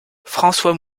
françois